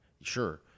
Sure